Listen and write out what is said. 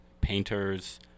painters